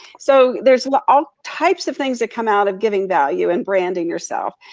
so there's all types of things that come out of giving value and branding yourself,